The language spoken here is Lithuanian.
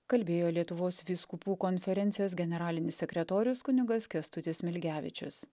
kalbėjo lietuvos vyskupų konferencijos generalinis sekretorius kunigas kęstutis smilgevičius